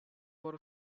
were